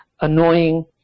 annoying